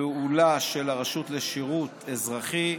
הפעולה של הרשות לשירות אזרחי.